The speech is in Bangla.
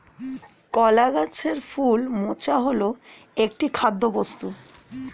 কলা গাছের ফুল মোচা হল একটি খাদ্যবস্তু